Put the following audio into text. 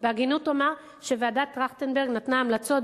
בהגינות אומר שוועדת-טרכטנברג נתנה המלצות,